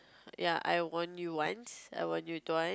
ya I warned you once I warned you twice